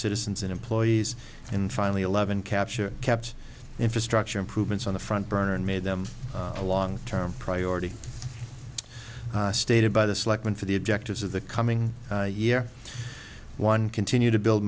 citizens in employees and finally eleven capture kept infrastructure improvements on the front burner and made them a long term priority stated by the selectmen for the objectives of the coming year one continue to build